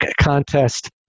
contest